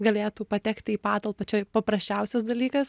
galėtų patekti į patalpą čia paprasčiausias dalykas